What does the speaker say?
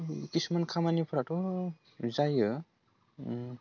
खिसुमान खामानिफ्राथ' जायो